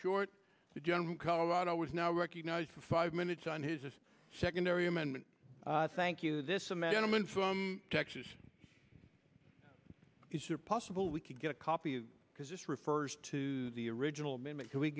short the general colorado was now recognized for five minutes on his secondary amendment thank you this amendment from texas is it possible we could get a copy because this refers to the original amendment can we